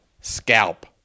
scalp